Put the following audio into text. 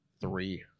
Three